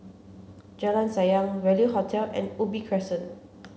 Jalan Sayang Value Hotel and Ubi Crescent